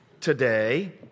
today